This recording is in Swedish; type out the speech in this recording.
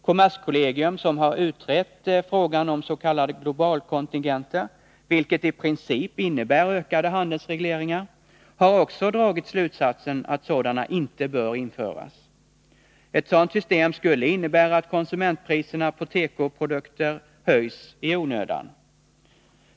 Kommerskollegium, som har utrett frågan om s.k. globalkontingenter, vilket i princip innebär ökade handelsregleringar, har också dragit slutsatsen att sådana inte bör införas. Ett sådant system skulle innebära att konsumentpriserna på tekoprodukter höjs i onödan.